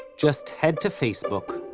just head to facebook,